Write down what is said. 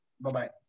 Bye-bye